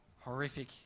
Horrific